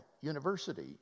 University